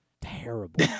Terrible